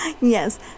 yes